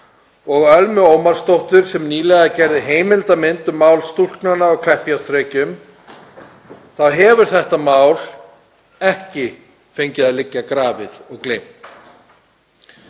og Ölmu Ómarsdóttur sem nýlega gerði heimildarmynd um mál stúlknanna á Kleppjárnsreykjum, þá hefur þetta mál ekki fengið að liggja grafið og gleymt.